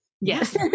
Yes